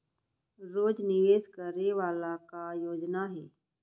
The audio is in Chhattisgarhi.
रोज निवेश करे वाला का योजना हे?